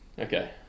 okay